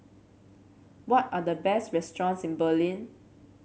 what are the best restaurants in Berlin